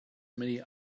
many